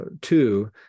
two